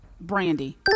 Brandy